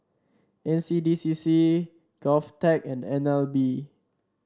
N C D C C Govtech and N L B